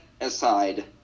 aside